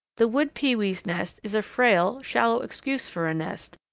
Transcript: the wood pewee's nest is a frail, shallow excuse for a nest,